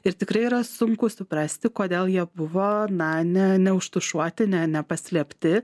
ir tikrai yra sunku suprasti kodėl jie buvo na ne neužtušuoti ne nepaslėpti